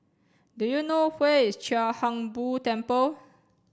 do you know where is Chia Hung Boo Temple